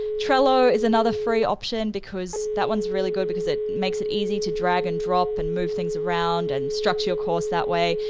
trello is another free option because that one's really good because it makes it easy to drag and drop and move things around and structure your course that way.